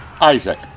Isaac